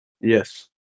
Yes